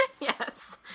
Yes